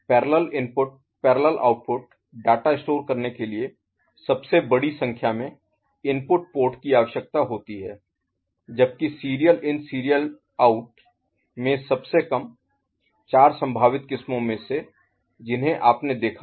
parallel input parallel output data store करने के लिए सबसे बड़ी संख्या में इनपुट पोर्ट की आवश्यकता होती है जबकि सीरियल इन सीरियल आउट में सबसे कम चार संभावित किस्मों में से जिन्हें आपने देखा था